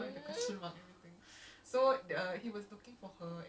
that that pause of me with the math the meme